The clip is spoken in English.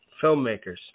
filmmakers